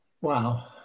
Wow